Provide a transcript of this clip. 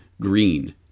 green